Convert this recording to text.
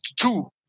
two